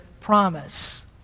promise